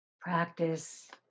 practice